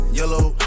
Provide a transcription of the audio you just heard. yellow